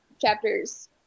chapters